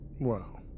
Wow